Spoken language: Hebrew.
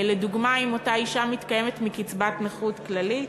לדוגמה, אם אותה אישה מתקיימת מקצבת נכות כללית,